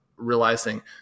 realizing